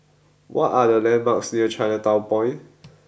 what are the landmarks near Chinatown Point